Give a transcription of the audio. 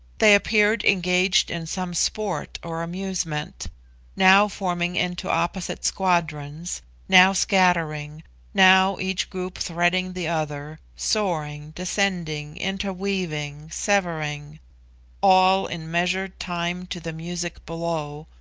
they appeared engaged in some sport or amusement now forming into opposite squadrons now scattering now each group threading the other, soaring, descending, interweaving, severing all in measured time to the music below,